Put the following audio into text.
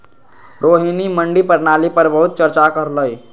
रोहिणी मंडी प्रणाली पर बहुत चर्चा कर लई